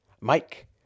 Mike